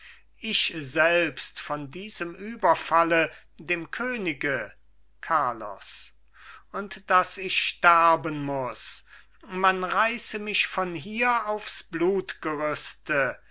ich selbst von diesem überfalle dem könige carlos und daß ich sterben muß man reiße mich von hier aufs